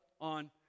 on